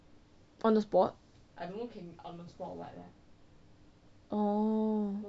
on the spot